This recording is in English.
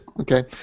Okay